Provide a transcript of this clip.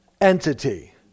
entity